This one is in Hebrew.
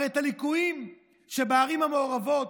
הרי הליקויים בערים המעורבות,